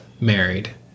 married